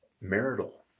marital